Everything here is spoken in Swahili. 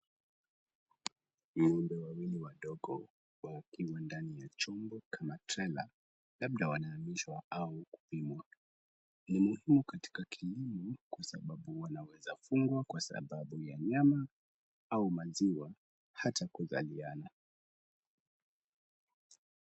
Ng'ombe wawili wadogo wakiwa ndani ya chombo kama trela, labda wanahamishwa au kupimwa. Ni muhimu katika kilimo kwa sababu wanaweza fungwa kwa sababu ya nyama au maziwa, hata kuzaliana.